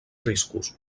riscos